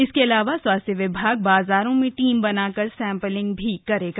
इसके अलावा स्वास्थ्य विभाग बाजारों में टीम बनाकर सैम्पलिंग करेगा